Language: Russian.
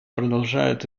продолжает